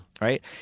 right